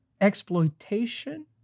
exploitation